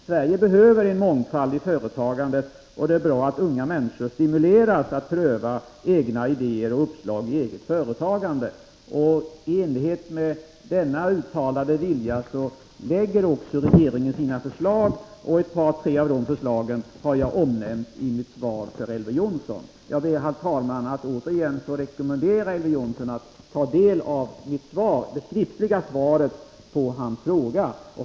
Sverige behöver en mångfald i företagandet, och det är bra att unga människor stimuleras att pröva egna idéer och uppslag i eget företagande. I enlighet med denna uttalade vilja lägger också regeringen fram sina förslag, och ett par tre av de förslagen har jag omnämnt i mitt svar till Elver Jonsson. Jag ber, herr talman, att återigen få rekommendera Elver Jonsson att läsa det skriftliga svaret på hans fråga.